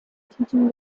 teaching